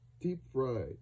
Deep-fried